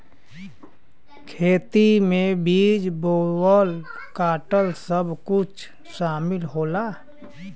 खेती में बीज बोवल काटल सब कुछ सामिल होला